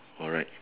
alright